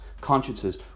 consciences